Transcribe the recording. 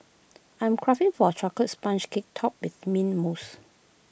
I am craving for A Chocolate Sponge Cake Topped with Mint Mousse